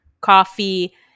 coffee